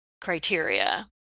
criteria